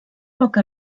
poca